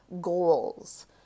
goals